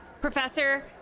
Professor